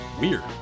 weird